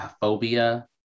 phobia